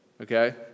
Okay